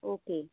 okay